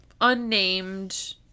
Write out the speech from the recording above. unnamed